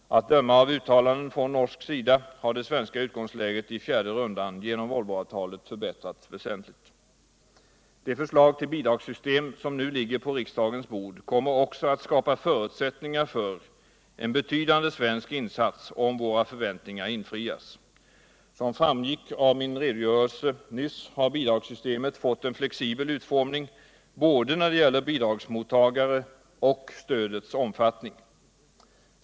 Att döma av uttalanden från norsk sida har det svenska utgångsläget i fjärde rundan väsentligt förbättrats genom Volvoavtalet. Det förslag till bidragssystem som nu ligger på riksdagens bord kommer också all skapa förutsättningar för on betydande svensk insats, om våra förväntningar infrias. Som framgick av min redogörelse nyss har bidragssystemet fått en flexibel utformning, både när det gäller bidragsmottagare och stödets omfattning.